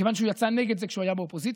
מכיוון שהוא יצא נגד זה כשהוא היה באופוזיציה,